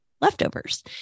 leftovers